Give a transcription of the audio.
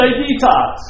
detox